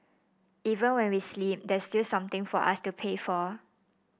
even when we sleep there's still something for us to pay for